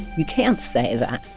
you can't say that.